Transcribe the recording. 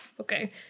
Okay